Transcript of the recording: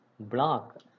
block